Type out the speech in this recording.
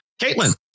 Caitlin